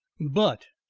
but,